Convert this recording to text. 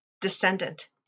descendant